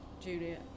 Julia